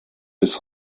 bis